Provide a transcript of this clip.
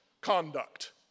conduct